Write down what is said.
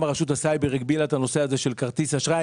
רשות הסייבר הגבילה את הנושא הזה של כרטיס האשראי.